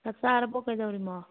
ꯆꯛꯆꯥꯔꯕꯣ ꯀꯩꯗꯧꯔꯤꯅꯣ